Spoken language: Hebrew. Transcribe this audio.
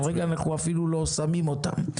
כרגע אנחנו אפילו לא שמים אותם.